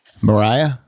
Mariah